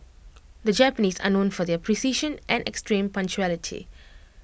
the Japanese are known for their precision and extreme punctuality